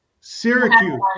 Syracuse